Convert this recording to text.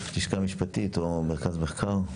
המשפטית או מרכז המחקר?